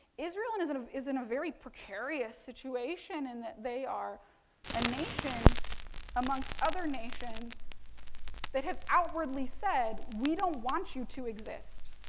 israel and sort of is in a very precarious situation in that they are a nation amongst other nations that have outwardly said we don't want you to exist.